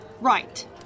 Right